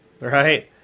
Right